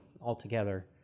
altogether